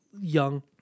young